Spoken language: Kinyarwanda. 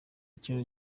ikintu